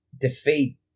defeat